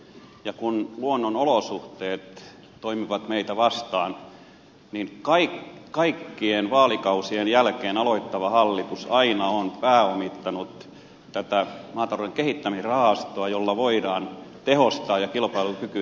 ja kun luonnonolosuhteet toimivat meitä vastaan niin kaikkien vaalikausien jälkeen aloittava hallitus aina on pääomittanut tätä maatalouden kehittämisrahastoa jolla voidaan tehostaa ja parantaa kilpailukykyä